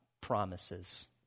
promises